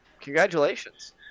Congratulations